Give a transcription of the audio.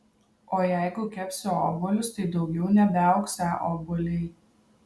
o jeigu kepsi obuolius tai daugiau nebeaugsią obuoliai